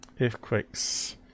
earthquakes